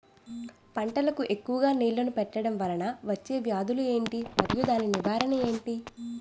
పంటలకు ఎక్కువుగా నీళ్లను పెట్టడం వలన వచ్చే వ్యాధులు ఏంటి? మరియు దాని నివారణ ఏంటి?